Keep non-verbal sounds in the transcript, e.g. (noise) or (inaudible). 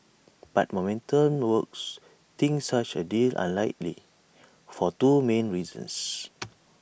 but momentum works thinks such A deal unlikely for two main reasons (noise)